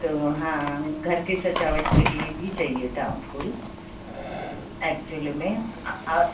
तो हाँ घर की सजावट के लिए भी चाहिए था फूल एक्चुअल में और